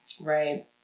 Right